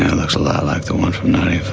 and looks a lot like the one from ninety